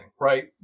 right